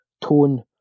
tone